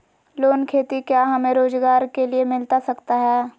Loan खेती क्या हमें रोजगार के लिए मिलता सकता है?